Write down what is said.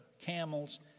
camels